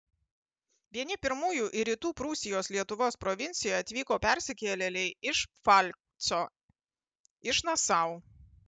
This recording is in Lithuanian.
vieni pirmųjų į rytų prūsijos lietuvos provinciją atvyko persikėlėliai iš pfalco iš nasau